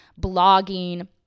blogging